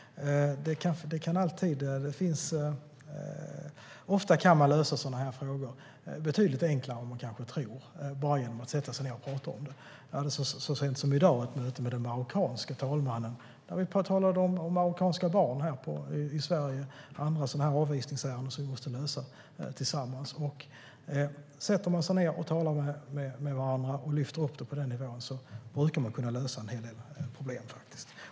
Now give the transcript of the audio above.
Ofta kan man lösa sådana frågor betydligt enklare än vad man kanske tror bara genom att sätta sig ned och prata om dem. Jag hade så sent som i dag ett möte med den marockanske talmannen där vi talade om marockanska barn här i Sverige och andra avvisningsärenden som vi måste lösa tillsammans. Sätter man sig ned och talar med varandra och lyfter upp det på den nivån brukar man kunna lösa en hel del problem.